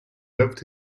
lived